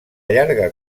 llarga